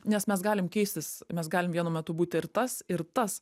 nes mes galim keistis mes galim vienu metu būti ir tas ir tas